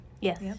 yes